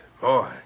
Boy